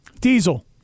Diesel